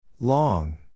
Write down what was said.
Long